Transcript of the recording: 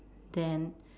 then